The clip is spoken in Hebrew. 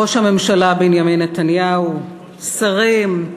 ראש הממשלה בנימין נתניהו, שרים,